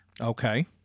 Okay